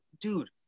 dude